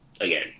again